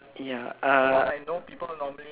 ya uh